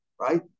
right